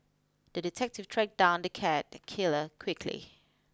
the detective tracked down the cat killer quickly